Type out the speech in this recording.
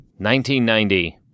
1990